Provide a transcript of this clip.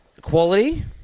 Quality